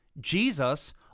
Jesus